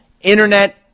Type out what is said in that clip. Internet